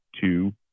two